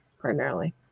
primarily